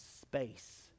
space